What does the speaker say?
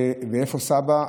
ואיפה סבא?